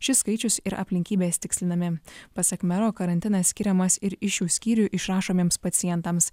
šis skaičius ir aplinkybės tikslinami pasak mero karantinas skiriamas ir iš šių skyrių išrašomiems pacientams